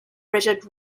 rigid